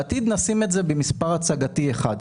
בעתיד נשים את זה במספר הצגתי אחד,